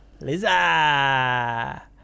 Liza